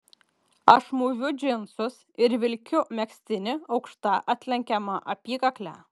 aš mūviu džinsus ir vilkiu megztinį aukšta atlenkiama apykakle